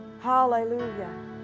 hallelujah